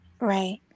Right